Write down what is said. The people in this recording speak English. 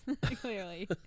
clearly